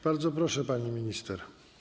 Bardzo proszę, pani minister.